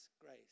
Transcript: grace